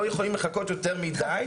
לא יכולים לחכות יותר מידי.